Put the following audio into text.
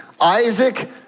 Isaac